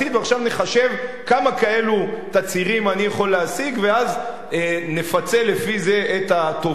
ועכשיו נחשב כמה תצהירים כאלה אני יכול להשיג ואז נפצה לפי זה את התובע.